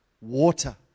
water